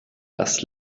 das